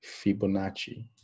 Fibonacci